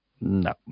No